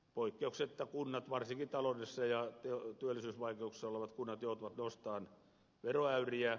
poikkeuksetta kunnat varsinkin taloudellisissa ja työllisyysvaikeuksissa olevat kunnat joutuvat nostamaan veroäyriä